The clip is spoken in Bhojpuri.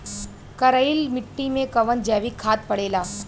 करइल मिट्टी में कवन जैविक खाद पड़ेला?